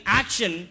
action